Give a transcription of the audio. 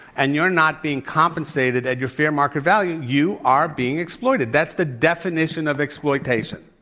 and you're not being compensated at your fair market value, you are being exploited. that's the definition of exploitation.